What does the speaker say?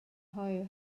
hwyr